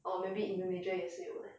or maybe indonesia 也是有 leh